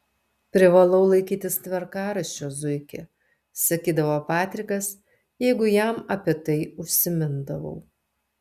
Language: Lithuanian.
privalau laikytis tvarkaraščio zuiki sakydavo patrikas jeigu jam apie tai užsimindavau